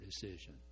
decision